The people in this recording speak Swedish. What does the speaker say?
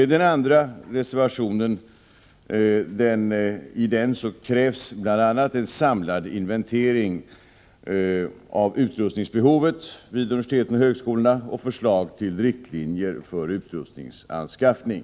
I den andra reservationen krävs bl.a. en samlad inventering av utrustningsbehovet vid universiteten och högskolorna och förslag till riktlinjer för utrustningsanskaffning.